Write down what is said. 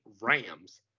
Rams